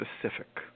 specific